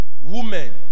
Women